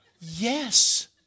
Yes